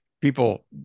people